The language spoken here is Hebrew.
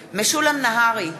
נהרי,